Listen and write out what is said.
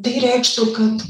tai reikštų kad